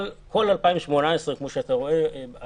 אבל, כל 2018, כמו שאתה רואה בשקף,